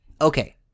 Okay